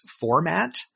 format